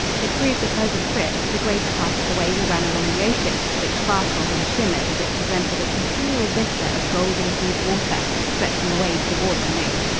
it proved a pleasant trip the greater part of the way we ran along the ocean, which sparkled and shimmered as it presented a continual vista of golden-hued water stretching away toward the moon.